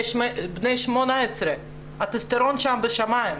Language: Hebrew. בני 18. הטסטוסטרון שם בשמיים.